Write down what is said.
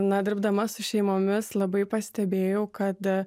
na dirbdama su šeimomis labai pastebėjau kad